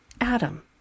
Adam